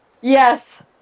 Yes